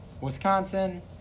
Wisconsin